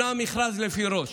המכרז שונה ללפי ראש,